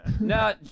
No